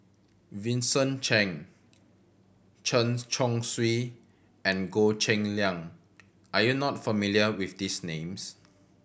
Vincent Cheng Chen Chong Swee and Goh Cheng Liang are you not familiar with these names